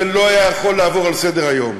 לא היו עוברים על זה לסדר-היום.